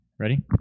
Ready